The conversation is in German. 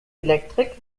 elektrik